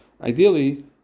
ideally